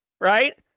right